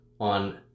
on